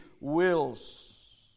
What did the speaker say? wills